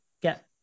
get